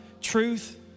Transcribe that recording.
truth